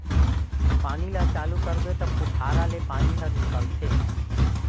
पानी ल चालू करबे त फुहारा ले पानी हर निकलथे